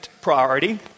priority